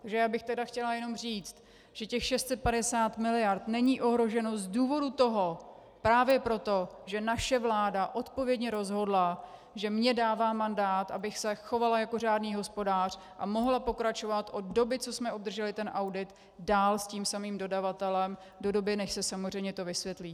Takže já bych chtěla jenom říct, že těch 650 miliard není ohroženo z důvodu toho, právě proto, že naše vláda odpovědně rozhodla, že mně dává mandát, abych se chovala jako řádný hospodář a mohla pokračovat od doby, co jsme obdrželi ten audit, dál se stejným dodavatelem do doby, než se to samozřejmě vysvětlí.